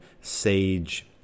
sage